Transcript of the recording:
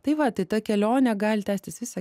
tai va tai ta kelionė gali tęstis visą